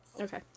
Okay